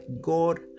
God